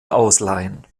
ausleihen